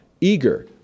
eager